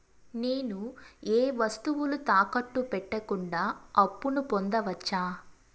నేను ఏ వస్తువులు తాకట్టు పెట్టకుండా అప్పును పొందవచ్చా?